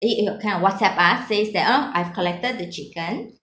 he he kind of whatsapp us says that oh I've collected the chicken